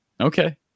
Okay